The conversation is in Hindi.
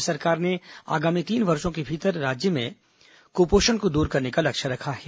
राज्य सरकार ने आगामी तीन वर्षो के भीतर राज्य में कुपोषण को दूर करने का लक्ष्य रखा है